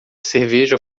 cerveja